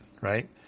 right